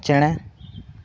ᱪᱮᱬᱮ